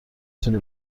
تونی